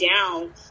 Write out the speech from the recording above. down